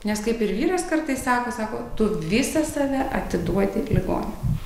nes kaip ir vyras kartais sako sako tu visą save atiduodi ligoniam